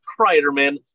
Kreiderman